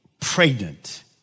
pregnant